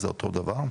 זה אותו הדבר?